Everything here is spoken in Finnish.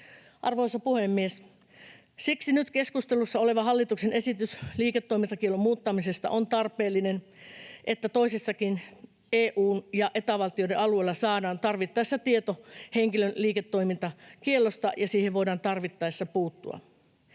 Arvoisa puhemies! Nyt keskustelussa oleva hallituksen esitys liiketoimintakiellon muuttamisesta on tarpeellinen, jotta toisillakin EU- ja Eta-valtioiden alueilla saadaan tarvittaessa tieto henkilön liiketoimintakiellosta ja siihen voidaan tarvittaessa puuttua.